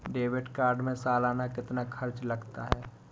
Debit card में सालाना कितना खर्च लगता है?